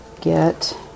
get